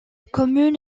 commune